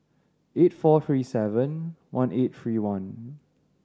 eight four three seven one eight three one